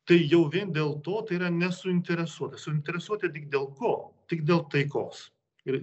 tai jau vien dėl to tai yra nesuinteresuoti suinteresuoti tik dėl ko tik dėl taikos ir